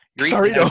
sorry